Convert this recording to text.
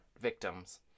victims